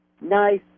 nice